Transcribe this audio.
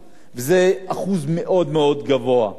לכן אנחנו רואים שיש פיתוח בתשתיות,